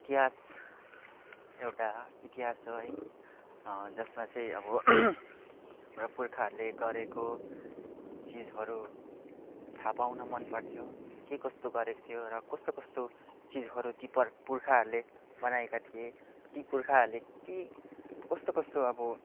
इतिहास एउटा इतिहास हो है जसमा चाहिँ अब हाम्रा पुर्खाहरूले गरेको चिजहरू थाहा पाउन मन पर्थ्यो के कसो गरेको थियो र कस्तो कस्तो चिजहरू ती पुर्खाहरूले बनाएका थिए ती पुर्खाहरूले के कस्तो कस्तो अब